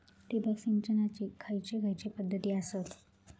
ठिबक सिंचनाचे खैयचे खैयचे पध्दती आसत?